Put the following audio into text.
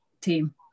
team